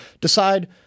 decide